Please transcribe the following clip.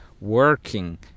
working